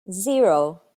zero